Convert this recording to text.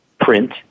print